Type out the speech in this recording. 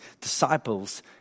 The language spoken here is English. disciples